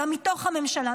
גם מתוך הממשלה,